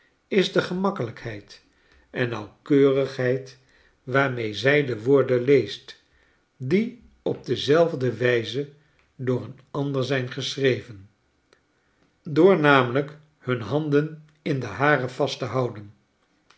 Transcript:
is de gemakkelijkheid en nauwkeurigheid waarmee zij de woorden leest die op dezelfde wyze door een ander zijn geschreven door namelijk hun handen in de haire vast te houden